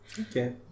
Okay